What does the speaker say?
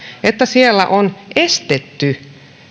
että siellä on estetty